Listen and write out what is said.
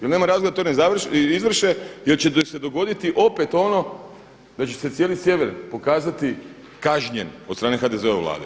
Jer nema razloga da to ne izvrše jer će se dogoditi opet ono da će se cijeli sjever pokazati kažnjen od strane HDZ-ove Vlade.